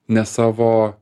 ne savo